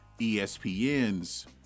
ESPN's